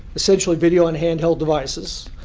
essentially video and handheld devices.